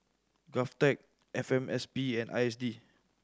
GovTech F M S P and I S D